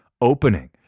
opening